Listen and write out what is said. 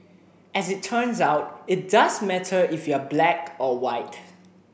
as it turns out it does matter if you're black or white